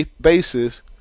basis